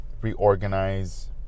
reorganize